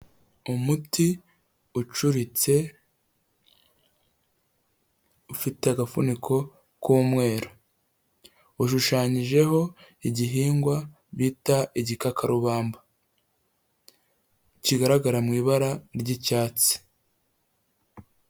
Umuti ucuritse ufite agafuniko k'umweru, ushushanyijeho igihingwa bita igikakarubamba, kigaragara mu ibara ry'icyatsi.